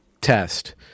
test